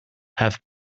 have